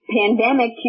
pandemic